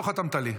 לא חתמת לי.